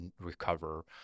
recover